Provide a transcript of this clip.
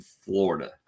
Florida